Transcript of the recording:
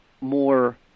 more